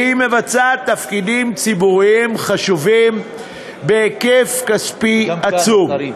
והיא מבצעת תפקידים ציבוריים חשובים בהיקף כספי עצום.